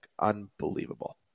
Unbelievable